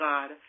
God